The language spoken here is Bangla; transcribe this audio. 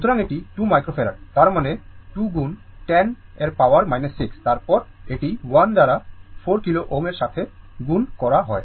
সুতরাং এটি 2 মাইক্রোফারাড তার মানে 2 গুণ 10 এর পাওয়ার 6 তারপর এটি 1 দ্বারা 4 kilo Ω এর সাথে গুণ কোরা হয়